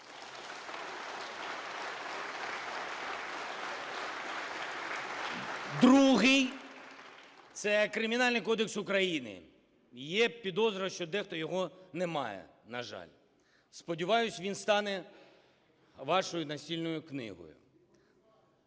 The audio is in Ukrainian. Другий – це Кримінальний кодекс України. Є підозра, що дехто його не має, на жаль. Сподіваюсь, він стане вашою настільною книгою.